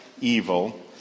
evil